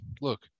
look